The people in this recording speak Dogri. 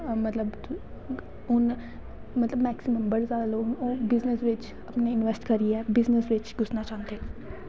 मतलव की हून मतलव मैकसिमम बड़े सारे लोग बिज़नस बिच्च अपनी इन्बैस्ट करियै बिजनस बिच्च गुसनां चांह्दे न